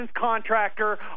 contractor